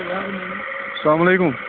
اسلام علیکُم